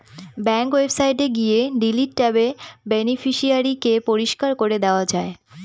bank ওয়েবসাইটে গিয়ে delete ট্যাবে বেনিফিশিয়ারি কে পরিষ্কার করে দেওয়া যায়